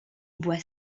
bois